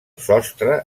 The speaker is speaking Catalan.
sostre